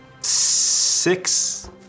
six